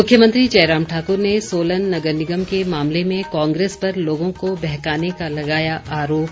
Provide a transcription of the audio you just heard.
मुख्यमंत्री जयराम ठाकुर ने सोलन नगर निगम के मामले में कांग्रेस पर लोगों को बहकाने का लगाया आरोप